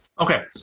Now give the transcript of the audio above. Okay